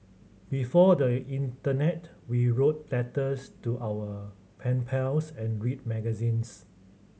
before the internet we wrote letters to our pen pals and read magazines